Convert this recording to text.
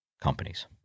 companies